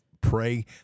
pray